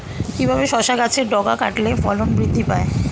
কিভাবে শসা গাছের ডগা কাটলে ফলন বৃদ্ধি পায়?